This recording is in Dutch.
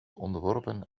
onderworpen